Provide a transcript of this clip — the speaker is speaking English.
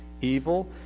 evil